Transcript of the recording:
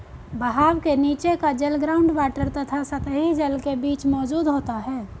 बहाव के नीचे का जल ग्राउंड वॉटर तथा सतही जल के बीच मौजूद होता है